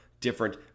different